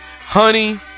Honey